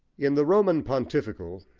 in the roman pontifical,